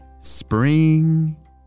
Spring